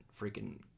freaking